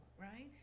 right